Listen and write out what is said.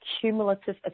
cumulative